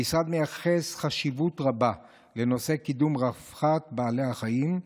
המשרד מייחס חשיבות רבה לנושא קידום רווחת בעלי החיים,